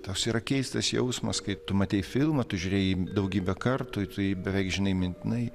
toks yra keistas jausmas kai tu matei filmą tu žiūrėjai jį daugybę kartų tu jį beveik žinai mintinai